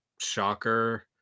Shocker